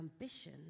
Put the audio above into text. ambition